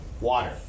water